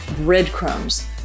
Breadcrumbs